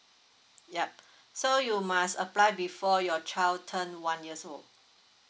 yup so you must apply before your child turn one years old